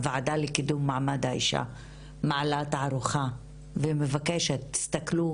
הוועדה לקידום מעמד האישה מעלה תערוכה ומבקשת תסתכלו